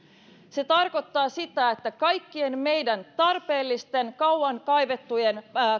se tarkoittaa sitä että kaikkien meidän mielestä tarpeelliset kauan kaivatut